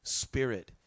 spirit